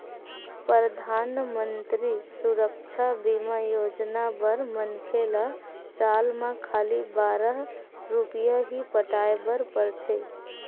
परधानमंतरी सुरक्छा बीमा योजना बर मनखे ल साल म खाली बारह रूपिया ही पटाए बर परथे